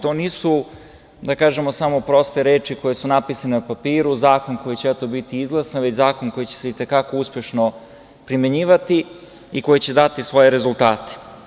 To nisu samo proste reči koje su napisane na papiru, zakon koji će eto biti izglasan, već zakon koji će se i te kako uspešno primenjivati i koji će dati svoje rezultate.